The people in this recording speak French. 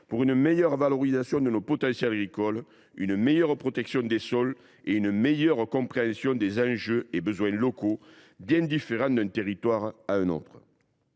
pour une meilleure valorisation de nos potentiels agricoles, une meilleure protection des sols et une meilleure compréhension des enjeux et besoins locaux, bien différents d’un territoire à un autre.